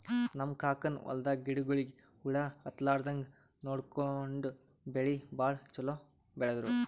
ನಮ್ ಕಾಕನ್ ಹೊಲದಾಗ ಗಿಡಗೋಳಿಗಿ ಹುಳ ಹತ್ತಲಾರದಂಗ್ ನೋಡ್ಕೊಂಡು ಬೆಳಿ ಭಾಳ್ ಛಲೋ ಬೆಳದ್ರು